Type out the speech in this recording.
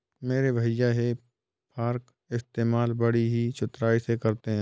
मेरे भैया हे फार्क इस्तेमाल बड़ी ही चतुराई से करते हैं